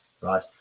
right